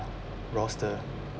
roster